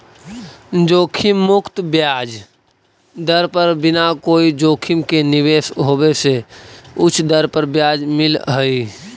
जोखिम मुक्त ब्याज दर पर बिना कोई जोखिम के निवेश होवे से उच्च दर पर ब्याज मिलऽ हई